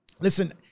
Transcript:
Listen